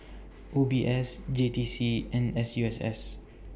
O B S J T C and S U S S